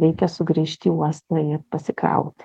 reikia sugrįžti į uostą ir pasikrauti